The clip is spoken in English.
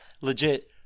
legit